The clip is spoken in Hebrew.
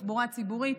תחבורה ציבורית.